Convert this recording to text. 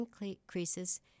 increases